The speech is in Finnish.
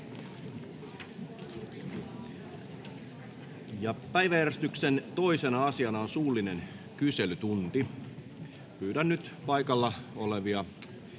Päiväjärjestyksen 2. asiana on suullinen kyselytunti. Pyydän nyt paikalla olevia